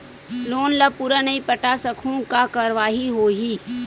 Loan ला पूरा नई पटा सकहुं का कारवाही होही?